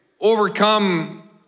overcome